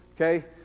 okay